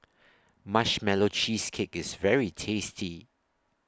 Marshmallow Cheesecake IS very tasty